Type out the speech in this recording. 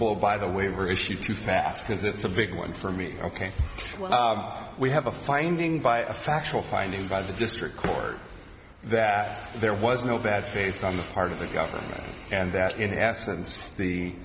go by the waiver issue too fast because it's a big one for me ok we have a finding by a factual finding by the district court that there was no bad faith on the part of the governor and that in essence the